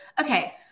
okay